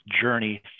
journey